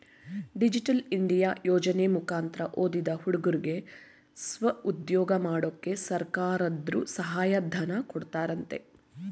digital India ಯೋಜನೆ ಮುಕಂತ್ರ ಓದಿದ ಹುಡುಗುರ್ಗೆ ಸ್ವಉದ್ಯೋಗ ಮಾಡಕ್ಕೆ ಸರ್ಕಾರದರ್ರು ಸಹಾಯ ಧನ ಕೊಡ್ತಾರಂತೆ